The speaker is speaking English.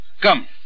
Come